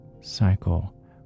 cycle